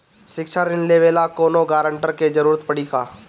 शिक्षा ऋण लेवेला कौनों गारंटर के जरुरत पड़ी का?